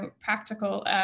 practical